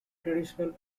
traditional